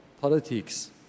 politics